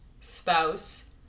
spouse